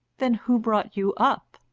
then who brought you up?